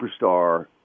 superstar